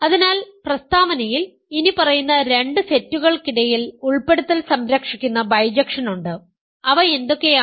അതിനാൽ പ്രസ്താവനയിൽ ഇനിപ്പറയുന്ന രണ്ട് സെറ്റുകൾക്കിടയിൽ ഉൾപ്പെടുത്തൽ സംരക്ഷിക്കുന്ന ബൈജക്ഷൻ ഉണ്ട് അവ എന്തൊക്കെയാണ്